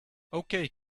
okay